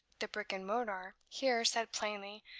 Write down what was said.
the brick and mortar here said plainly,